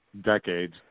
decades